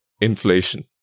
Inflation